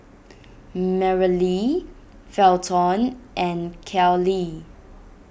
Merrilee Felton and Kellee